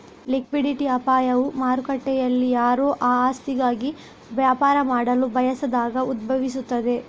liquidity ಅಪಾಯವು ಮಾರುಕಟ್ಟೆಯಲ್ಲಿಯಾರೂ ಆ ಆಸ್ತಿಗಾಗಿ ವ್ಯಾಪಾರ ಮಾಡಲು ಬಯಸದಾಗ ಉದ್ಭವಿಸುತ್ತದೆ